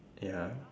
ya